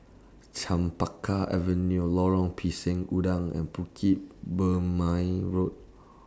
Chempaka Avenue Lorong Pisang Udang and Bukit Purmei Road